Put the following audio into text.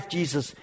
Jesus